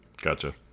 gotcha